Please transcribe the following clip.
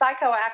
psychoactive